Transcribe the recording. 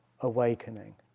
awakening